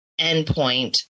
endpoint